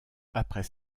après